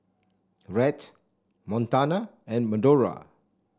Rhett Montana and Medora